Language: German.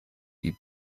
die